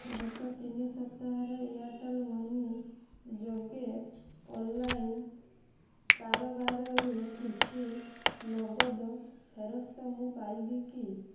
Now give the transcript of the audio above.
ଗତ ତିନି ସପ୍ତାହରେ ଏୟାର୍ଟେଲ୍ ମନି ଯୋଗେ ଅଲ୍ଲାଇନ୍ କାରବାରରୁ କିଛି ନଗଦ ଫେରସ୍ତ ମୁଁ ପାଇବି କି